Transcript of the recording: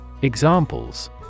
examples